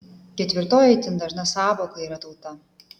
ketvirtoji itin dažna sąvoka yra tauta